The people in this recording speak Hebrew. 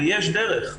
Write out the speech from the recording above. ויש דרך,